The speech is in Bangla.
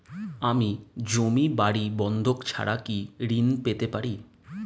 আমি জমি বাড়ি বন্ধক ছাড়া কি ঋণ পেতে পারি?